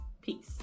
Peace